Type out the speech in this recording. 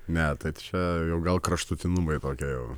ne tai čia gal kraštutinumai kokie jau